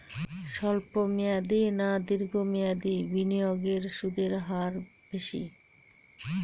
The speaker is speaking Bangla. স্বল্প মেয়াদী না দীর্ঘ মেয়াদী বিনিয়োগে সুদের হার বেশী?